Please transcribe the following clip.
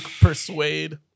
persuade